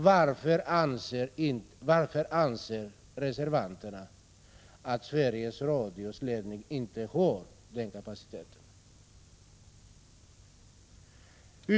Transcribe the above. Varför anser reservanterna att Sveriges Radios ledning inte har den kapaciteten?